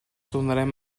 tornarem